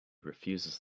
refuses